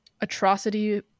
atrocity